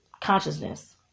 consciousness